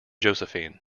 josephine